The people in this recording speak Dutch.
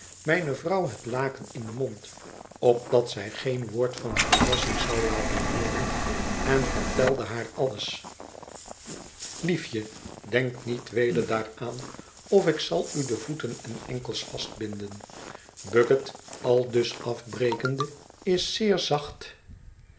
mijne vrouw het laken in den mond opdat zij geen woord van verrassing zou laten hooren en vertelde haar alles liefje denk niet weder daaraan of ik zal u de voeten en de enkels vastbinden bucket aldus afbrekende is zeer zacht